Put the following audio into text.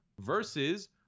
versus